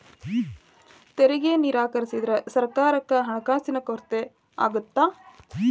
ತೆರಿಗೆ ನಿರಾಕರಿಸಿದ್ರ ಸರ್ಕಾರಕ್ಕ ಹಣಕಾಸಿನ ಕೊರತೆ ಆಗತ್ತಾ